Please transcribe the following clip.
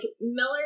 Miller